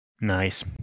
Nice